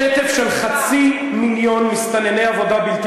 שטף של חצי מיליון מסתנני עבודה בלתי